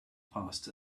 passed